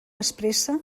expressa